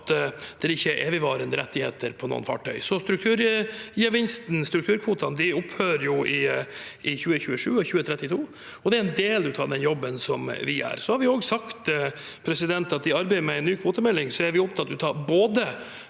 at det ikke er evigvarende rettigheter på noen fartøyer. Strukturgevinsten, strukturkvotene, opphører altså i 2027 og 2032. Det er en del av den jobben vi gjør. Vi har også sagt at i arbeidet med en ny kvotemelding er vi opptatt av både